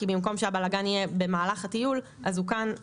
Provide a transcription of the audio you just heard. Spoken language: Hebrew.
כי במקום שהבלגאן יהיה במהלך הטיול אז הוא כאן לפני,